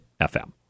FM